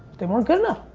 they weren't good enough.